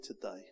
today